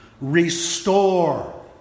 restore